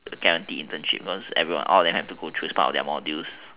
a guaranteed internship because everyone all of them have to go through is part of their modules